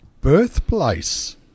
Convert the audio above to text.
Birthplace